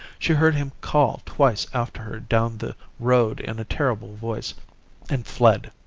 she heard him call twice after her down the road in a terrible voice and fled.